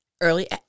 early